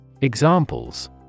Examples